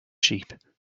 sheep